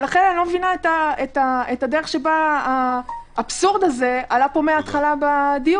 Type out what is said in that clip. לכן אני לא מבינה את הדרך שבה האבסורד הזה עלה פה מההתחלה בדיון.